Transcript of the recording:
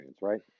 right